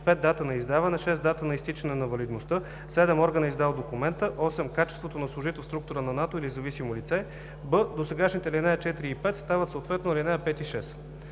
5. дата на издаване; 6. дата на изтичане на валидността; 7. органа, издал документа; 8. качество на служител в структура на НАТО или зависимо лице.“; б) досегашните ал. 4 и 5 стават съответно ал. 5 и 6.